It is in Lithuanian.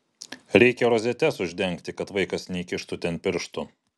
reikia rozetes uždengti kad vaikas neįkištų ten pirštų